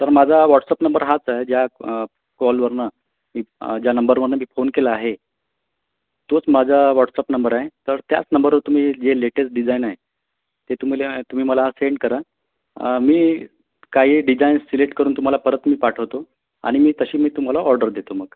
तर माझा WhatsApp number हाच आहे ज्या कॉलवरनं ज्या नंबरवरनं मी फोन केला आहे तोच माझा वॉट्सअप नंबर आहे तर त्याच नंबरवर तुम्ही जे लेटेस्ट डिजाईन आहे ते तुमील्या तुम्ही मला सेंड करा मी काही डिझाईन्स सिलेक्ट करून तुम्हाला परत मी पाठवतो आणि मी तशी मी तुम्हाला ऑर्डर देतो मग